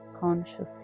consciously